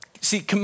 see